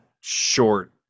short